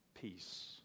peace